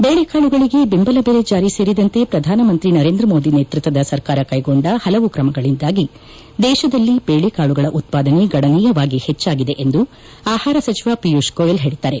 ಬೇಳೆಕಾಳುಗಳಿಗೆ ಬೆಂಬಲ ಬೆಲೆ ಜಾರಿ ಸೇರಿದಂತೆ ಪ್ರಧಾನ ಮಂತ್ರಿ ನರೇಂದ್ರ ಮೋದಿ ನೇತೃತ್ವದ ಸರ್ಕಾರ ಕೈಗೊಂಡ ಪಲವು ಕ್ರಮಗಳಿಂದಾಗಿ ದೇಶದಲ್ಲಿ ಬೇಳೆ ಕಾಳುಗಳ ಉತ್ತಾದನೆ ಗಣನೀಯವಾಗಿ ಹೆಚ್ಚಾಗಿದೆ ಎಂದು ಆಹಾರ ಸಚಿವ ಪಿಯೂಷ್ ಗೋಯಲ್ ಹೇಳಿದ್ದಾರೆ